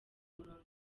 umurongo